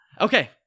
Okay